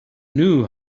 knew